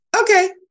okay